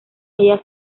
ella